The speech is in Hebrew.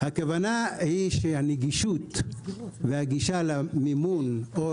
הכוונה היא שהנגישות והגישה למימון או